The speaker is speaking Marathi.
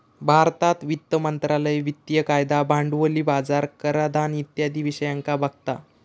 भारतात वित्त मंत्रालय वित्तिय कायदा, भांडवली बाजार, कराधान इत्यादी विषयांका बघता